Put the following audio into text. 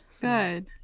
Good